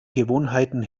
gewohnheiten